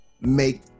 make